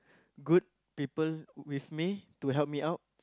good people with me to help me out